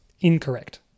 Incorrect